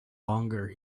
longer